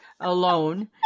alone